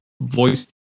voice